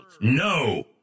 No